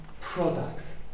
products